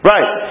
Right